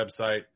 website